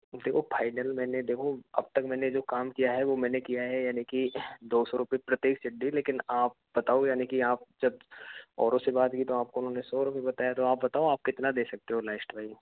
देखो फाइनल मैंने देखो अब तक मैंने जो काम किया है वो मैंने किया है यानि की दो सौ रूपये प्रति सीढ़ी लेकिन आप बताओ यानि की आप जब औरों से बात की तो आपको उन्होंने सौ रूपये बताया तो आप बताओ आप कितना दे सकते हो लास्ट में